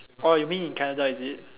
orh you mean in Canada is it